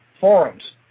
forums